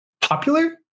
popular